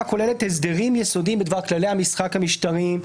הסדרים יסודיים בדבר כללי המשחק המשתנים,